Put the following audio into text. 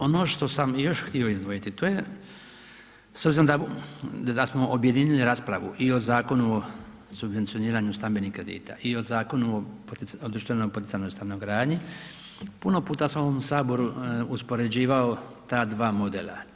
Ono što sam još htio izdvojiti, to je, s obzirom da smo objedinili raspravu i o Zakonu o subvencioniranju stambenih kredita i o Zakonu o društveno poticajnoj stanogradnji puno puta sam u ovom Saboru uspoređivao ta dva modela.